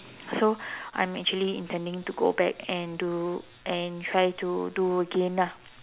so I'm actually intending to go back and do and try to do again ah